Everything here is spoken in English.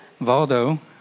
Valdo